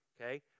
Okay